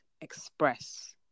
express